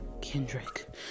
Kendrick